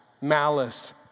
malice